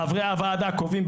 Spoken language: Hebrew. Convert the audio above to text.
חברי הוועדה קובעים,